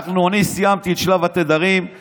אני סיימתי את שלב התדרים,